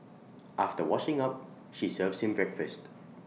after washing up she serves him breakfast